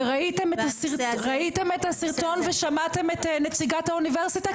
ראיתם את הסרטון ושמעתם את נציגת האוניברסיטה?